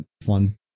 Fun